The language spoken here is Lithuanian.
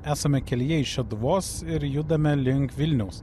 esame kelyje iš šeduvos ir judame link vilniaus